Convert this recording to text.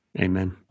Amen